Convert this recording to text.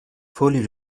fully